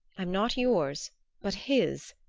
i'm not yours but his,